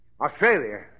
Australia